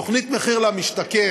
התוכנית מחיר למשתכן,